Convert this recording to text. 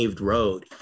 road